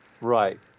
Right